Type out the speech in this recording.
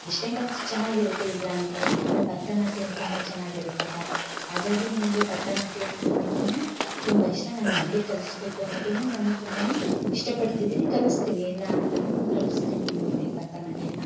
western dance ಚೆನ್ನಾಗಿರುತ್ತೆ ಇಲ್ಲ ಅಂತಲ್ಲ ಆದರೆ ಭರತನಾಟ್ಯಂ ತುಂಬ ಚೆನ್ನಾಗಿರುತ್ತಲ್ವ ಹಾಗಾಗಿ ನನಗೆ ಭರತನಾಟ್ಯಂ ಅಂತ ಅಂದ್ರೆಯೇ ತುಂಬ ಇಷ್ಟ ನನ್ನ ಮಗಳಿಗೆ ಕಲಿಸ್ಬೇಕು ಅನ್ನೋದನ್ನು ನಾನು ತುಂಬನೇ ಇಷ್ಟ ಪಡ್ತಿದ್ದೀನಿ ಕಲಿಸ್ತೀನಿ ಇಲ್ಲ ಅಂತಲ್ಲ ನಾನು ಕಲಿಸ್ತೀನಿ ನನ್ನ ಮಗಳಿಗೆ ಭರತನಾಟ್ಯನ